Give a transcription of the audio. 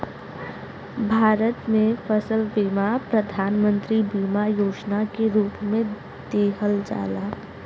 भारत में फसल बीमा प्रधान मंत्री बीमा योजना के रूप में दिहल जाला